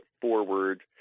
forward